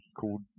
called